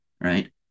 right